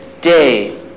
day